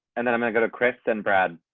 and then i'm gonna go to chris and brad.